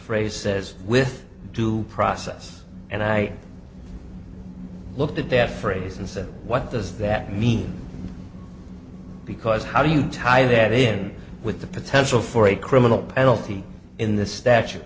phrase says with due process and i look at the death phrase and said what does that mean because how do you tie that in with the potential for a criminal penalty in this statu